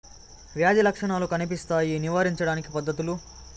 వ్యాధి లక్షణాలు కనిపిస్తాయి నివారించడానికి పద్ధతులు?